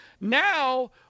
now